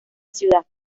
ciudad